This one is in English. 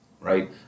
right